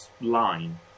line